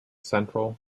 central